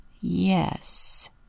Yes